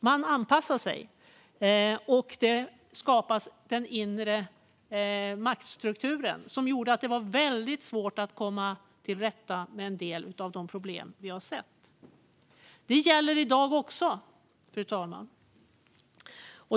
Man anpassar sig, och det skapas en inre maktstruktur som gör det väldigt svårt att komma till rätta med en del av de problem vi sett. Det gäller också i dag, fru talman.